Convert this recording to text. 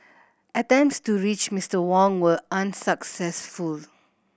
attempts to reach Mister Wang were unsuccessful